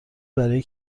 برای